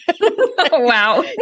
Wow